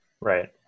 right